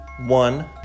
one